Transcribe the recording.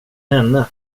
henne